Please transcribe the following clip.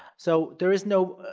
so there is no,